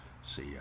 See